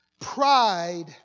pride